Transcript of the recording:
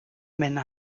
mène